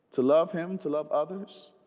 to love him to love others